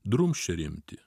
drumsčia rimtį